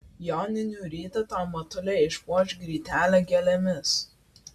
joninių rytą tau motulė išpuoš grytelę gėlėmis